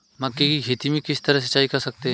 मक्के की खेती में किस तरह सिंचाई कर सकते हैं?